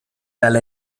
dalla